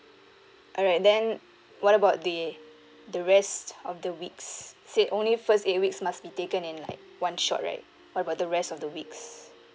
alright then what about the the rest of the weeks say only first eight weeks must be taken in like one shot right what about the rest of the weeks